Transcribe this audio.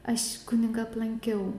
aš kunigą aplankiau